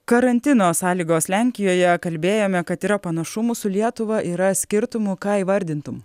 karantino sąlygos lenkijoje kalbėjome kad yra panašumų su lietuva yra skirtumų ką įvardintum